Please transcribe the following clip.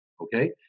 okay